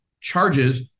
charges—